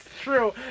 true